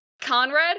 Conrad